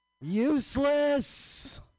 useless